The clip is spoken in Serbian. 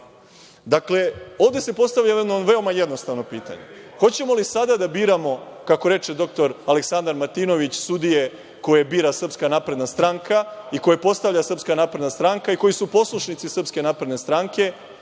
ovde se postavlja jedno veoma jednostavno pitanje – hoćemo li sada da biramo, kako reče dr Aleksandar Martinović, sudije koje bira Srpska napredna stranka i koje postavlja Srpska napredna stranka i koji su poslušnici Srpske napredne stranke